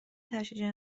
تشییع